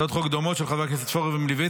הצעות חוק דומות של חברי הכנסת פורר ומלביצקי